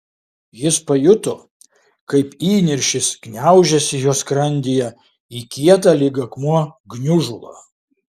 jis pajuto kaip įniršis gniaužiasi jo skrandyje į kietą lyg akmuo gniužulą